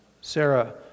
Sarah